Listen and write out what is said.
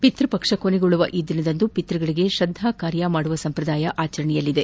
ಪಿತೃಪಕ್ಷ ಕೊನೆಗೊಳ್ಳುವ ಈ ದಿನದಂದು ಪಿತೃಗಳಿಗೆ ಶ್ರದ್ದಾ ಕಾರ್ಯ ಮಾಡುವ ಸಂಪ್ರದಾಯ ಆಚರಣೆಯಲ್ಲಿದೆ